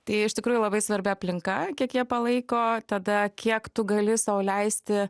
tai iš tikrųjų labai svarbi aplinka kiek jie palaiko tada kiek tu gali sau leisti